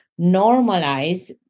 normalize